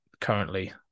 currently